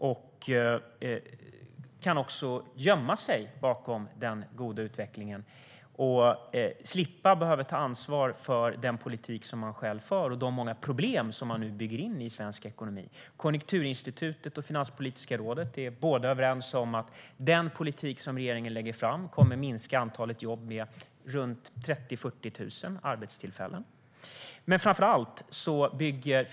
De kan också gömma sig bakom den goda utvecklingen och slippa behöva ta ansvar för den politik som de själva för och de många problem som de nu bygger in i svensk ekonomi. Konjunkturinstitutet och Finanspolitiska rådet är överens om att antalet jobb kommer att minska med 30 000-40 000 arbetstillfällen med den politik som regeringen lägger fram.